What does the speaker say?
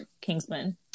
Kingsman